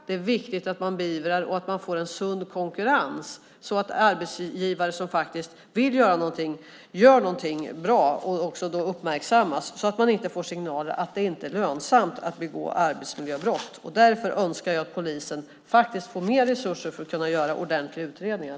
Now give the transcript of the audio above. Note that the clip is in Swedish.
Det är viktigt att man beivrar dem och att man får en sund konkurrens så att arbetsgivare som faktiskt vill göra någonting gör någonting bra och att det också uppmärksammas så att man inte får signalen att det är lönsamt att begå arbetsmiljöbrott. Därför önskar jag att polisen får mer resurser för att kunna göra ordentliga utredningar.